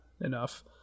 enough